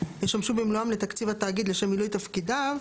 ישומשו במלואם לתקציב התאגיד לשם מילוי תפקידם.